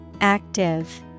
Active